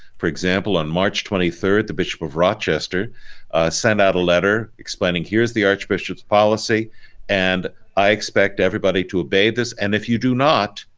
for example on march twenty third the bishop of rochester sent out a letter explaining here's the archbishop's policy and i expect everybody to obey this and if you do not,